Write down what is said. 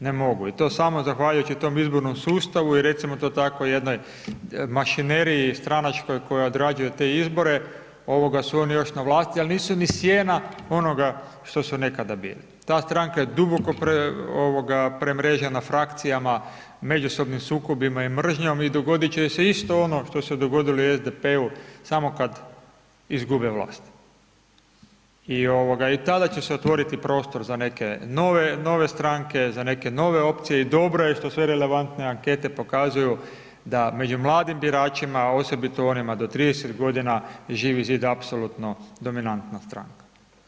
Ne mogu i to samo zahvaljujući tom izbornom sustavu i recimo to tako jednoj mašineriji stranačkoj koja odrađuje te izbore su oni još na vlasti ali nisu ni sjena onoga što su nekada bili, ta stranka je duboko premrežena frakcijama, međusobnim sukobima i mržnjom i dogodit će joj se isto ono što se dogodilo i SDP-u, samo kad izgube vlast i tada će se otvoriti prostor za neke nove stranke i neke nove opcije i dobro je što sve relevantne ankete pokazuju da među mladim biračima, osobito onima do 30 godina, Živi zid apsolutno dominantna stranka.